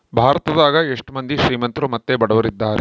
ಭಾರತದಗ ಎಷ್ಟ ಮಂದಿ ಶ್ರೀಮಂತ್ರು ಮತ್ತೆ ಬಡವರಿದ್ದಾರೆ?